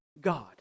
God